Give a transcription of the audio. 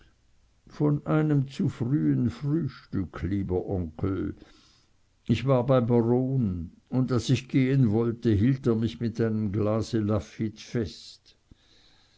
von einem zu frühen frühstück lieber onkel ich war beim baron und als ich gehen wollte hielt er mich mit einem glase lafitte fest